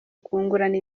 kungurana